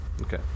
Okay